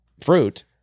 fruit